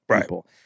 people